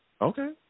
Okay